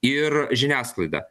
ir žiniasklaidą